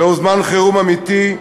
זהו זמן חירום אמיתי,